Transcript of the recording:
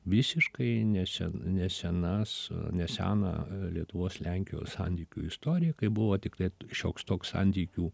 visiškai nesen nesenas neseną lietuvos lenkijos santykių istoriją kai buvo tiktai šioks toks santykių